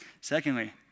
Secondly